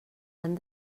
han